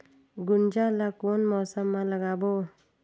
गुनजा ला कोन मौसम मा लगाबो?